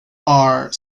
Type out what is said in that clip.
are